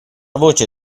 voce